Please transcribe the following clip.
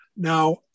Now